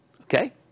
okay